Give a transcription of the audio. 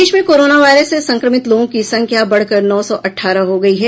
देश में corona virus से संक्रमित लोगों की संख्या बढ़कर नौ सौ अठारह हो गई है